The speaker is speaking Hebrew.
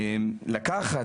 לקחת,